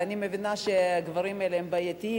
אני גם מבינה שהגברים האלה בעייתיים מראש,